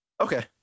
Okay